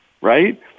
right